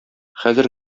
хәзер